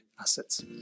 assets